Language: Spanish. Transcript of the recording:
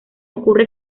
ocurre